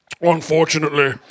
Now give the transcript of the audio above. Unfortunately